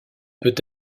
peut